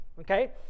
Okay